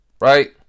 right